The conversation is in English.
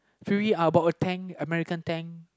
Fury American tank